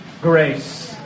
grace